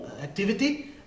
activity